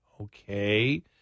okay